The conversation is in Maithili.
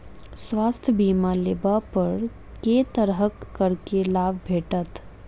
स्वास्थ्य बीमा लेबा पर केँ तरहक करके लाभ भेटत?